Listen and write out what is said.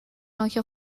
نوک